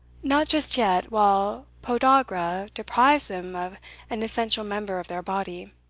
not just yet, while podagra deprives them of an essential member of their body.